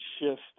shift